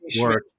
work